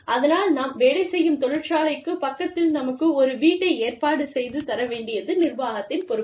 அதனால் நாம் வேலை செய்யும் தொழிற்சாலைக்குப் பக்கத்தில் நமக்கு ஒரு வீட்டை ஏற்பாடு செய்து தர வேண்டியது நிர்வாகத்தின் பொறுப்பு